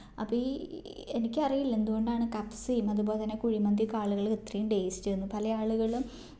അപ്പോൾ ഈ എനിക്കറിയില്ല എന്ത് കൊണ്ടാണ് കബ്സയും അത്പോലെതന്നെ കുഴിമന്തി ഒക്കെ ആളുകൾ ഇത്രയും ടേസ്റ്റ്ന്ന് പല ആളുകളും